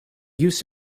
use